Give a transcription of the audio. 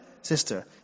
sister